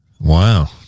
Wow